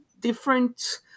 different